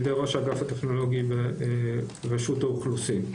ראש האגף הטכנולוגי ברשות האוכלוסין.